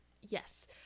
yes